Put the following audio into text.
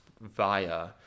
via